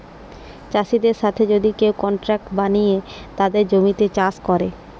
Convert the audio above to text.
চাষিদের সাথে যদি কেউ কন্ট্রাক্ট বানিয়ে তাদের জমিতে চাষ করে